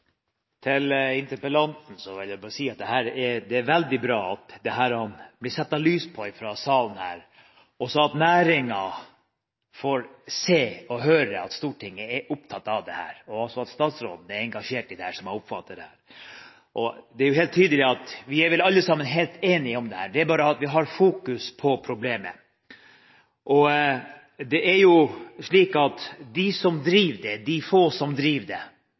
Til interpellanten vil jeg bare si at det er veldig bra at dette blir satt lys på fra denne salen, og at næringen får se og høre at Stortinget er opptatt av dette, og også at statsråden er engasjert i dette – som jeg oppfatter det. Det er helt tydelig at vi vel alle sammen er helt enige om dette – det er bare at vi har fokus på problemet. De som driver med det, de få som driver med det